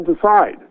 decide